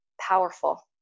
powerful